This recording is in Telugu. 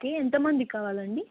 ఓకే ఎంత మందికి కావాలండి